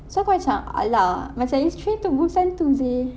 so aku macam ah lah macam it's train to busan two seh